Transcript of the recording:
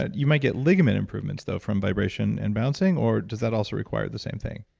ah you might get ligament improvements, though, from vibration and bouncing, or does that also require the same thing?